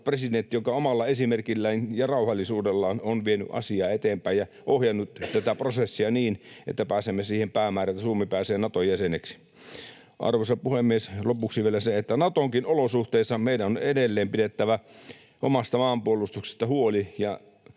presidentti, joka omalla esimerkillään ja rauhallisuudellaan on vienyt asiaa eteenpäin ja ohjannut tätä prosessia niin, että pääsemme siihen päämäärään, että Suomi pääsee Naton jäseneksi. Arvoisa puhemies! Lopuksi vielä se, että Natonkin olosuhteissa meidän on edelleen pidettävä omasta maanpuolustuksesta huoli, ja